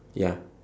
ya